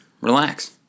relax